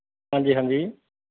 ਹਾਂਜੀ ਹਾਂਜੀ